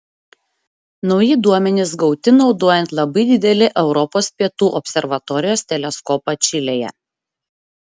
nauji duomenys gauti naudojant labai didelį europos pietų observatorijos teleskopą čilėje